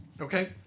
Okay